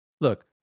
look